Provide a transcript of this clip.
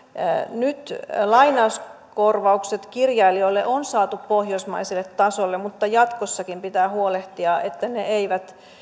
nyt lainauskorvaukset kirjailijoille on saatu pohjoismaiselle tasolle mutta jatkossakin pitää huolehtia että ne eivät